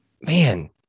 man